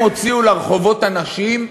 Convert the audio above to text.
הם הוציאו לרחובות אנשים,